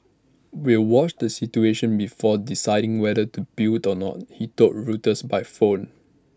we'll watch the situation before deciding whether to build or not he told Reuters by phone